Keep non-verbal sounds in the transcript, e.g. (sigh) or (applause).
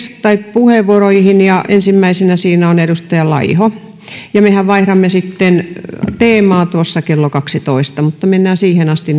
puheenvuoroihin ja ensimmäisenä niissä on edustaja laiho mehän vaihdamme sitten teemaa tuossa kello kaksitoista mutta mennään siihen asti (unintelligible)